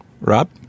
Rob